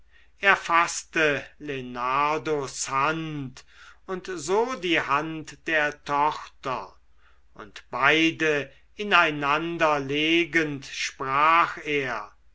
faßte lenardos hand und so die hand der tochter und beide ineinander legend sprach er